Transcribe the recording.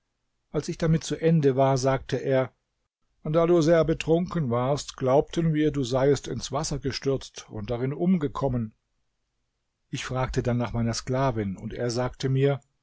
als ich damit zu ende war sagte er da du sehr betrunken warst glaubten wir du seiest ins wasser gestürzt und darin umgekommen ich fragte dann nach meiner sklavin und er sagte mir